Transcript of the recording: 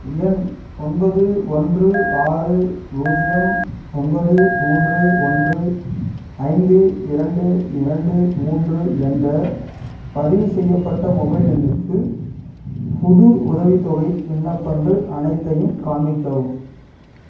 எண் ஒன்பது ஒன்று ஆறு பூஜ்ஜியம் ஒன்பது மூன்று ஒன்று ஐந்து இரண்டு இரண்டு மூன்று என்ற பதிவுசெய்யப்பட்ட மொபைல் எண்ணுக்கு புது உதவித்தொகை விண்ணப்பங்கள் அனைத்தையும் காண்பிக்கவும்